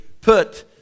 put